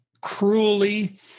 Cruelly